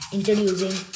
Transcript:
Introducing